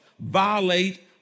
violate